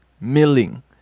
milling